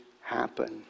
happen